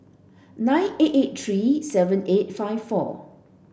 nine eight eight three seven eight five four